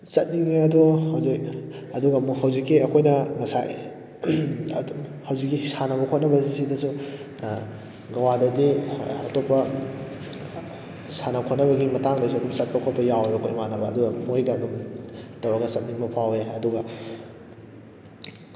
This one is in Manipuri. ꯆꯠꯅꯤꯡꯉꯦ ꯑꯗꯣ ꯍꯧꯖꯤꯛ ꯑꯗꯨꯒ ꯑꯃꯨꯛ ꯍꯧꯖꯤꯛꯀꯤ ꯑꯩꯈꯣꯏꯅ ꯉꯁꯥꯏ ꯑꯗꯨꯝ ꯍꯧꯖꯤꯛꯀꯤ ꯁꯥꯟꯅꯕ ꯈꯣꯠꯅꯕꯁꯤꯗꯁꯨ ꯒꯋꯥꯗꯗꯤ ꯑꯇꯣꯞꯄ ꯁꯥꯟꯅ ꯈꯣꯠꯅꯕꯒꯤ ꯃꯇꯥꯡꯗꯁꯨ ꯑꯗꯨꯝ ꯆꯠꯄ ꯈꯣꯠꯄ ꯌꯥꯎꯋꯦꯕꯀꯣ ꯏꯃꯥꯟꯅꯕ ꯑꯗꯨ ꯃꯣꯏꯗ ꯑꯗꯨꯝ ꯇꯧꯔꯒ ꯆꯠꯅꯤꯡꯕ ꯐꯥꯎꯏ ꯑꯗꯨꯒ